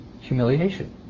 humiliation